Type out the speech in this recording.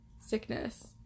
sickness